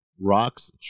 Rocks